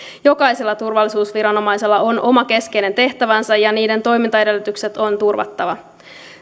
jokaisella turvallisuusviranomaisella on oma keskeinen tehtävänsä ja niiden toimintaedellytykset on turvattava